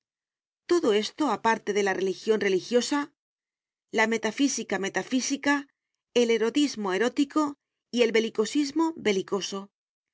todo esto aparte de la religión religiosa la metafísica metafísica el erotismo erótico y el belicosismo belicoso